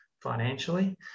financially